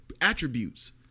attributes